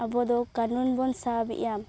ᱟᱵᱚ ᱫᱚ ᱠᱟᱱᱩᱱ ᱵᱚᱱ ᱥᱟᱵᱮᱜᱼᱟ